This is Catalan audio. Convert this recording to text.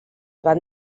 van